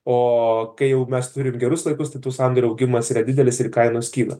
o kai jau mes turim gerus laikus tai tų sandorių yra didelis ir kainos kyla